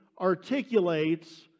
articulates